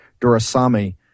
Durasami